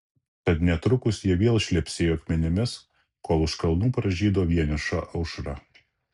tad netrukus jie vėl šlepsėjo akmenimis kol už kalnų pražydo vieniša aušra